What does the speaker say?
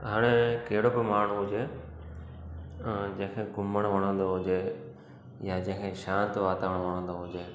हाणे कहिड़ो बि माण्हू हुजे जंहिंखे घुमणु वणंदो हुजे या जंहिंखे शांत वातावरणु वणंदो हुजे